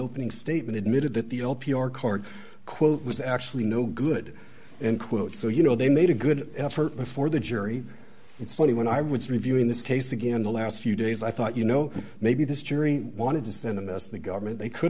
opening statement admitted that the old p r card quote was actually no good and quote so you know they made a good effort before the jury it's funny when i was reviewing this case again the last few days i thought you know maybe this jury wanted to send this the government they could